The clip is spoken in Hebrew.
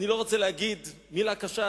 אני לא רוצה לומר מלה קשה,